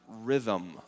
rhythm